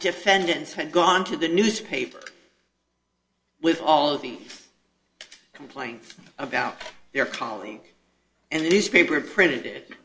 defendants had gone to the newspapers with all of the complaints about their colleagues and the newspaper printed i